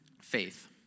faith